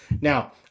Now